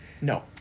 No